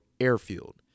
airfield